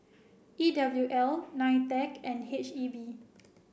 E W L NITEC and H E B